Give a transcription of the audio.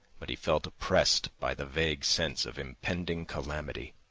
but he felt oppressed by the vague sense of impending calamity.